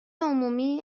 عمومی